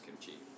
kimchi